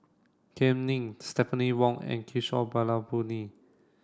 Kam Ning Stephanie Wong and Kishore Mahbubani